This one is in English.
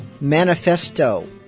Manifesto